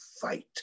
fight